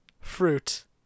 fruit